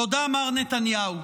תודה, מר נתניהו.